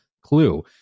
clue